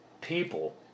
people